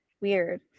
Weird